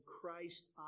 Christ